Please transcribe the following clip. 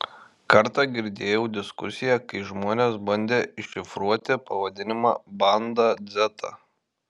kartą girdėjau diskusiją kai žmonės bandė iššifruoti pavadinimą bandą dzeta